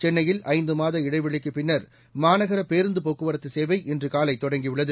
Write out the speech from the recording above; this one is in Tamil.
சென்னையில் ஐந்து மாத இடைவெளிக்குப் பின்னர் மாநகர பேருந்து போக்குவரத்து சேவை இன்று காலை தொடங்கியுள்ளது